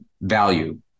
value